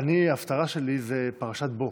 הפרשה שלי היא פרשת בוא,